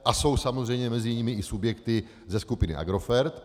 A jsou samozřejmě mezi nimi i subjekty ze skupiny Agrofert.